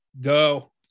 go